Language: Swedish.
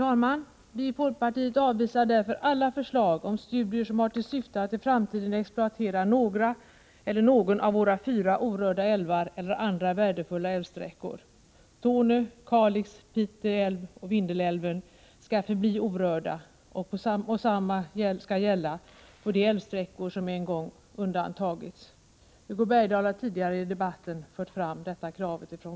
Vi i folkpartiet avvisar därför, herr talman, alla förslag om studier som har till syfte att i framtiden exploatera någon av våra fyra orörda älvar eller andra värdefulla älvsträckor. Torne älv, Kalix älv, Pite älv och Vindelälven skall förbli orörda, och samma skall gälla för de älvsträckor som en gång undantagits. Hugo Bergdahl har tidigare i debatten fört fram detta folkpartiets krav.